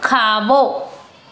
खाॿो